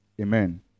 Amen